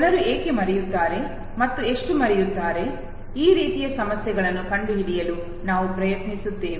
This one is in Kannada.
ಜನರು ಏಕೆ ಮರೆಯುತ್ತಾರೆ ಮತ್ತು ಎಷ್ಟು ಮರೆಯುತ್ತಾರೆ ಈ ರೀತಿಯ ಸಮಸ್ಯೆಗಳನ್ನು ಕಂಡುಹಿಡಿಯಲು ನಾವು ಪ್ರಯತ್ನಿಸುತ್ತೇವೆ